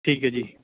ਠੀਕ ਹੈ ਜੀ